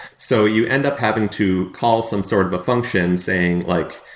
so you end up having to call some sort of function saying like,